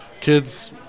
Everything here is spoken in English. kids